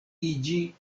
iĝi